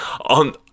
on